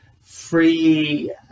free